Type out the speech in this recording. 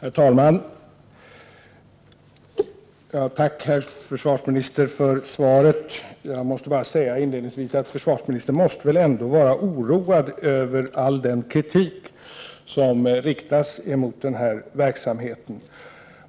Herr talman! Jag tackar försvarsministern för svaret. Jag vill inledningsvis bara säga att försvarsministern väl måste vara oroad över all den kritik som riktas mot denna verksamhet.